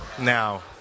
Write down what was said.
now